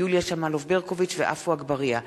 יוליה שמאלוב-ברקוביץ ועפו אגבאריה,